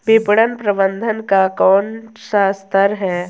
विपणन प्रबंधन का कौन सा स्तर है?